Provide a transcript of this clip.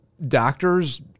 doctors